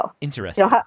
Interesting